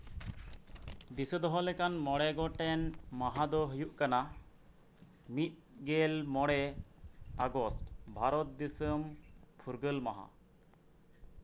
ᱫᱤᱥᱟᱹ ᱫᱚᱦᱚ ᱞᱮᱠᱟᱱ ᱢᱚᱬᱮ ᱜᱚᱴᱥᱱ ᱢᱟᱦᱟ ᱫᱚ ᱦᱩᱭᱩᱜ ᱠᱟᱱᱟ ᱢᱤᱫ ᱜᱮᱞ ᱢᱚᱬᱮ ᱟᱜᱚᱥᱴ ᱵᱷᱟᱨᱚᱛ ᱫᱤᱥᱚᱢ ᱯᱷᱩᱨᱜᱟᱹᱞ ᱢᱟᱦᱟ